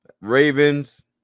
Ravens